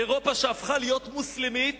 אירופה שהפכה מוסלמית